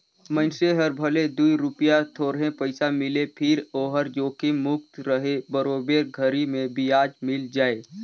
मइनसे हर भले दूई रूपिया थोरहे पइसा मिले फिर ओहर जोखिम मुक्त रहें बरोबर घरी मे बियाज मिल जाय